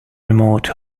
remote